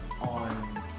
on